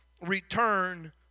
return